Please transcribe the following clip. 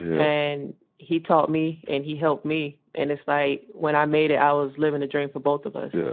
and he taught me and he helped me. and it's like when i made it i was living a dream for both of us.